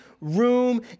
room